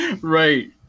Right